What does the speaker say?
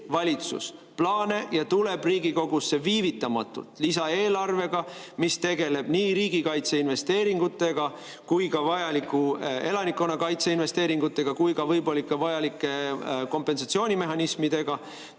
valitsus plaane ja tuleb Riigikogusse viivitamatult lisaeelarvega, mis tegeleb nii riigikaitse investeeringutega, vajaliku elanikkonnakaitse investeeringutega kui ka võib-olla vajalike kompensatsioonimehhanismidega